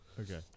Okay